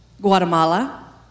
Guatemala